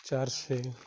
चारशे